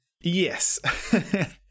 Yes